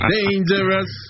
Dangerous